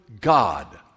God